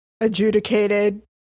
adjudicated